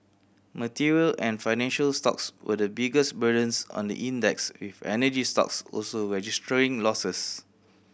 material and financial stocks were the biggest burdens on the index with energy stocks also registering losses